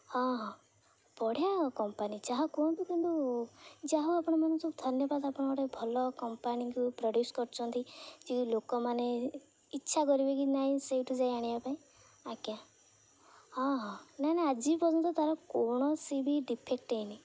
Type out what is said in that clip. ହଁ ହଁ ବଢ଼ିଆ କମ୍ପାନୀ ଯାହା କୁହନ୍ତୁ କିନ୍ତୁ ଯାହା ଆପଣାମାନଙ୍କୁ ସବୁ ଧନ୍ୟବାଦ ଆପଣ ଗୋଟେ ଭଲ କମ୍ପାନୀକୁ ପ୍ରଡ୍ୟୁସ୍ କରୁଛନ୍ତି ଯେ ଲୋକମାନେ ଇଚ୍ଛା କରିବେ କି ନାଇଁ ସେଇଠୁ ଯାଇ ଆଣିବା ପାଇଁ ଆଜ୍ଞା ହଁ ହଁ ନା ନା ଆଜି ପର୍ଯ୍ୟନ୍ତ ତା'ର କୌଣସି ବି ଡିଫେକ୍ଟ ହୋଇନି